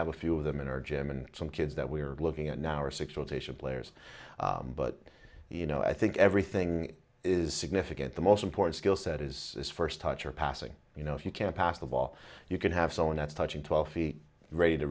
have a few of them in our gym and some kids that we are looking at now are six rotation players but you know i think everything is significant the most important skill set is first touch your passing you know if you can pass the ball you can have someone that's touching twelve feet ready to